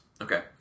okay